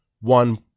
one